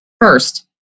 first